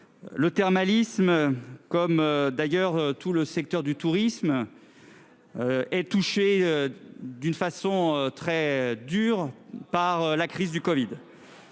le thermalisme, comme d'ailleurs tout le secteur du tourisme, est très durement touché par la crise du covid.